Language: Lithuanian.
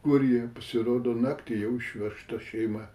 kur jie pasirodo naktį jau išvežta šeima